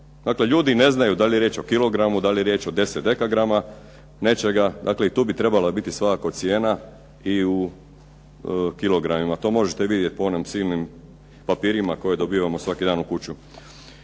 Dakle, ljudi ne znaju da li je riječ o kilogramu, da li je riječ o 10 dekagrama nečega, dakle i tu bi trebala biti svakako cijena i u kilogramima. To možete vidjeti po onim silnim papirima koje dobivamo svaki dan u kuću.